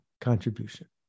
contribution